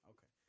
Okay